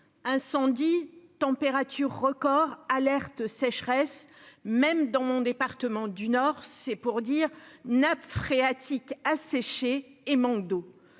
Incendies, températures record, alertes sécheresse- y compris dans mon département du Nord, c'est pour dire !-, nappes phréatiques asséchées, manque d'eau